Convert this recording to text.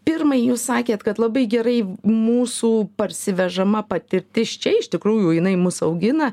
pirmai jūs sakėt kad labai gerai mūsų parsivežama patirtis čia iš tikrųjų jinai mus augina